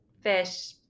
fish